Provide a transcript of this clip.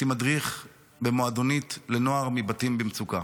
מדריך במועדונית לנוער מבתים במצוקה.